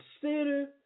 consider